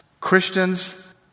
Christians